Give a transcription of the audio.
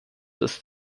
ist